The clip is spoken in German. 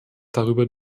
darüber